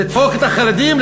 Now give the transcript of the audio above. לדפוק את החרדים,